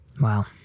Wow